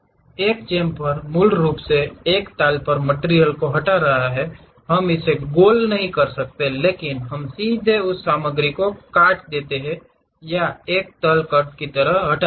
एक चेमफर मूल रूप से एक ताल पर मटिरियल को हटा रहा है हम इसे गोल नहीं करते हैं लेकिन हम सीधे उस सामग्री को काट देते हैं या एक तल कट की तरह हटा देते हैं